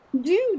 Dude